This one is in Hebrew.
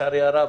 לצערי הרב,